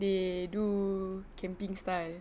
they do camping style